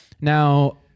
Now